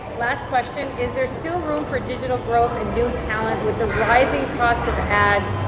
last question, is there still room for digital growth and new talent with the rising costs of ads,